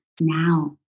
now